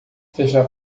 fechar